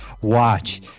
Watch